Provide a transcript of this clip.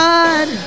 God